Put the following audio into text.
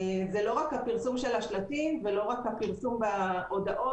זה לא רק הפרסום של השלטים ולא רק הפרסום בהודעות,